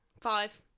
Five